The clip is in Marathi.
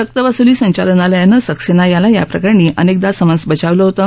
सक्तवसुली संचालनालयानं सक्सेना याला याप्रकरणी अनेकदा समन्स बजावलं होतं